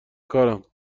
کارم